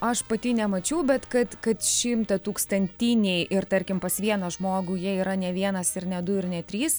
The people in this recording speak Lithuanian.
aš pati nemačiau bet kad kad šimtatūkstantiniai ir tarkim pas vieną žmogų jie yra ne vienas ir ne du ir ne trys